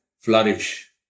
flourish